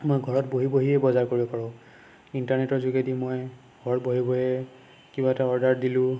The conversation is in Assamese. মই ঘৰত বহি বহিয়ে বজাৰ কৰিব পাৰোঁ ইন্টাৰনেটৰ যোগেদি মই ঘৰত বহি বহি কিবা এটা অৰ্ডাৰ দিলোঁ